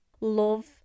love